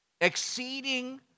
Exceeding